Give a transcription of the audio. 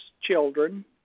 children